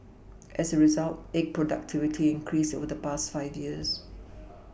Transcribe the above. as a result egg productivity increased over the past five years